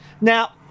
Now